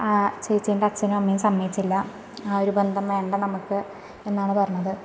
ആ ചേച്ചീൻ്റെ അച്ഛനും അമ്മയും സമ്മതിച്ചില്ല ആ ഒരു ബന്ധം വേണ്ട നമുക്ക് എന്നാണ് പറഞ്ഞത്